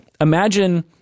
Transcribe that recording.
imagine